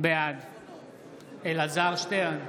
בעד אלעזר שטרן,